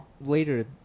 later